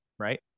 right